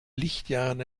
lichtjahren